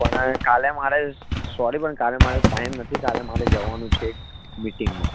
પણ કાલે મારે સોરી પણ મારે કાલે ટાઇમ નથી કાલે મારે જવાનું છે એક મીટિંગમાં